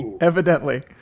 Evidently